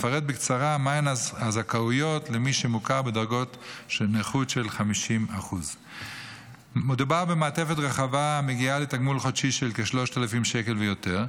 אפרט בקצרה מהן הזכאויות למי שמוכר בדרגות נכות של 50%. מדובר במעטפת רחבה המגיעה לתגמול חודשי של כ-3,000 שקל ויותר.